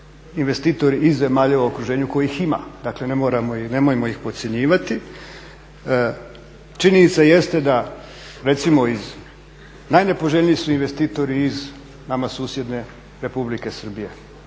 investitori iz zemalja u okruženju kojih ima. Dakle, nemojmo ih podcjenjivati. Činjenica jeste da recimo iz, najnepoželjniji su investitori iz nama susjedne Republike Srbije.